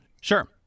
Sure